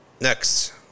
Next